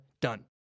done